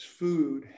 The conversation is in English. food